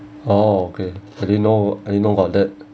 oh okay I didn't know I didn't know about that